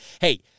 hey